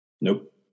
Nope